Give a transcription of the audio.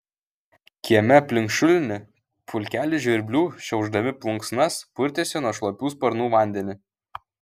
kieme aplink šulinį pulkelis žvirblių šiaušdami plunksnas purtėsi nuo šlapių sparnų vandenį